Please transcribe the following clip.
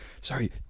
Sorry